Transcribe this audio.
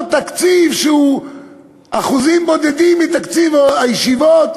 תקציב שהוא אחוזים בודדים מתקציב הישיבות,